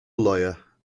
lawyer